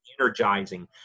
energizing